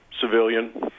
civilian